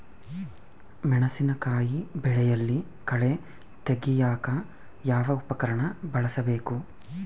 ಮೆಣಸಿನಕಾಯಿ ಬೆಳೆಯಲ್ಲಿ ಕಳೆ ತೆಗಿಯಾಕ ಯಾವ ಉಪಕರಣ ಬಳಸಬಹುದು?